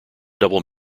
double